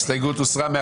ההסתייגות הוסרה.